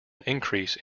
increase